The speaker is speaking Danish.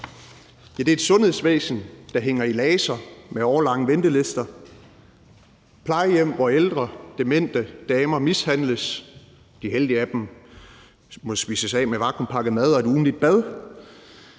Ja, det er et sundhedsvæsen, der hænger i laser med årelange ventelister, plejehjem, hvor ældre demente damer mishandles, de heldige af dem må spises af med vakuumpakket mad og et ugentligt bad,